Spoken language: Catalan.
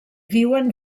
viuen